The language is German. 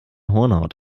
hornhaut